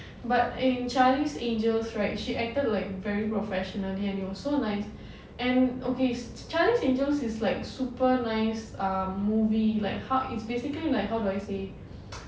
but in charlie's angels right she acted like very professionally and it was so nice and okay s~ charlie's angels is like super nice ah movie like how it's basically like how do I say